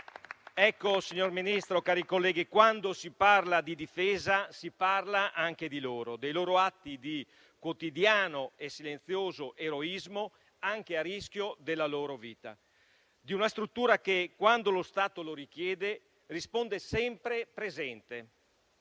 Signor Ministro, cari colleghi, quando si parla di difesa, si parla anche di loro, dei loro atti di quotidiano e silenzioso eroismo finanche a rischio della loro vita, di una struttura che quando lo Stato lo richiede, risponde sempre presente,